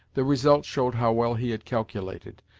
the result showed how well he had calculated,